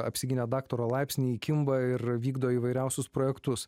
apsigynę daktaro laipsnį kimba ir vykdo įvairiausius projektus